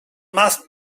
más